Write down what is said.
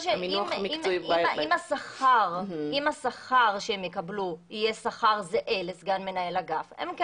שאם השכר שהם יקבלו יהיה שכר זהה לסגן מנהל אגף הם כן